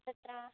तत्र